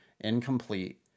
incomplete